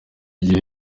gihe